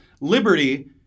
Liberty